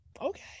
okay